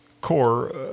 core